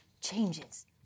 changes